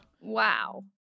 Wow